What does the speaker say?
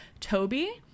Toby